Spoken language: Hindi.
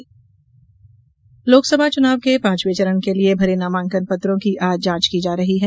नामांकन लोकसभा चुनाव के पांचवें चरण के लिए भरे नामांकन पत्रों की आज जांच की जा रही है